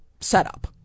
setup